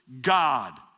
God